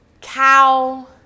cow